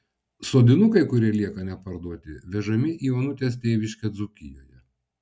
sodinukai kurie lieka neparduoti vežami į onutės tėviškę dzūkijoje